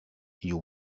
you